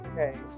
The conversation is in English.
Okay